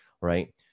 Right